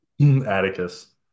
Atticus